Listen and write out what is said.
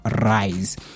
rise